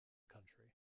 country